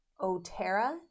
Otera